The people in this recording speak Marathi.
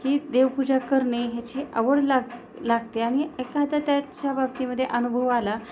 की देवपूजा करणे ह्याची आवड लाग लागते आणि एखादा त्याच्या बाबतीमध्ये अनुभव आला